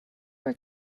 were